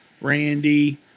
Randy